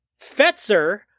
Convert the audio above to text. Fetzer